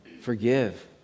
Forgive